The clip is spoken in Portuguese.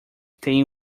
têm